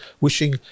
wishing